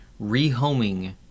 Rehoming